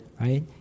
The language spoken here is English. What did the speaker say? right